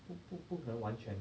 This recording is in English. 不不不可能完全